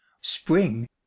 Spring